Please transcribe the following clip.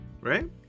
right